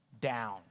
down